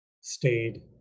stayed